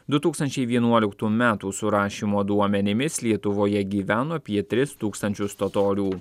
du tūkstančiai vienuoliktų metų surašymo duomenimis lietuvoje gyveno apie tris tūkstančius totorių